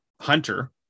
Hunter